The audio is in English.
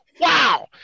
Wow